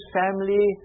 family